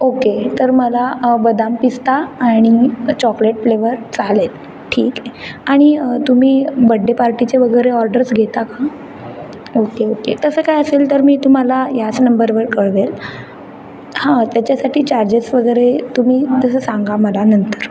okay तर मला बदाम पिस्ता आणि चॉकलेट फ्लेवर चालेल ठीक आहे आणि तुम्ही बड्डे पार्टीचे वगैरे ऑर्डरस घेता का ओके ओके तसं काही असेल तर मी तुम्हाला याच नंबरवर कळवेल हां त्याच्यासाठी चार्जेस वगैरे तुम्ही तसं सांगा मला नंतर